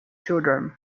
children